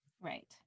Right